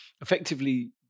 effectively